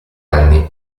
anni